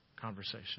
conversation